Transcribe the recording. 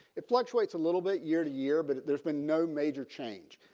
it fluctuates a little bit year to year but there's been no major change.